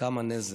וכמה נזק,